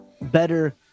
better